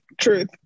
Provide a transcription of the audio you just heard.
truth